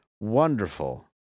wonderful